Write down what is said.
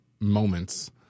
Moments